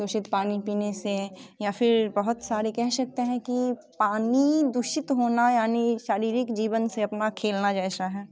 दूषित पानी पीने से या फिर बहुत सारे कह सकते हैं कि पानी दूषित होता यानि शारीरिक जीवन से अपना खेलना जैसा हैं